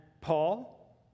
paul